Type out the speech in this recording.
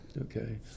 okay